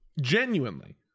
genuinely